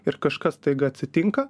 ir kažkas staiga atsitinka